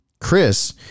Chris